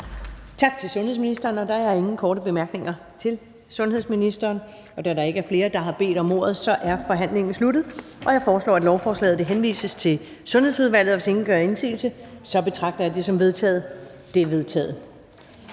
Tak til sundhedsministeren. Der er ingen korte bemærkninger til sundhedsministeren. Da der ikke er flere, der har bedt om ordet, er forhandlingen sluttet. Jeg foreslår, at lovforslaget henvises til Sundhedsudvalget. Hvis ingen gør indsigelse, betragter jeg det som vedtaget. Det er vedtaget.